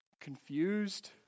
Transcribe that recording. Confused